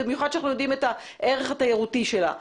במיוחד כשאנחנו יודעים את הערך התיירותי שלה.